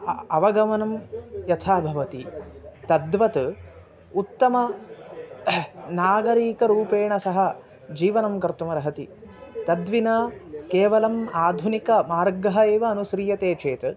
अ अवगमनं यथा भवति तद्वत् उत्तम नागरीकरूपेण सः जीवनं कर्तुमर्हति तद्विना केवलम् आधुनिकमार्गः एव अनुस्रीयते चेत्